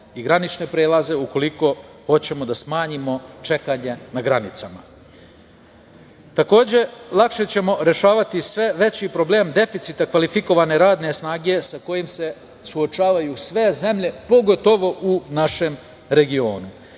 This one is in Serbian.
i granične prelaze ukoliko hoćemo da smanjimo čekanje na granicama. Takođe, lakše ćemo rešavati sve veći problem deficita kvalifikovane radne snage, sa kojim se suočavaju sve zemlje, pogotovo u našem regionu.